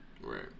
Right